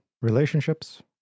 relationships